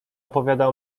opowiada